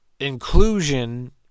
Inclusion